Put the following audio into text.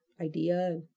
idea